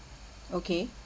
okay